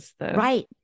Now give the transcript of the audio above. Right